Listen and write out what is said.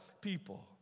people